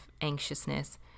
anxiousness